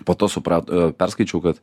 po to suprato perskaičiau kad